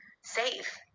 safe